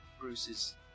Bruce's